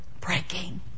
breaking